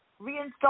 reinstall